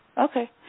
Okay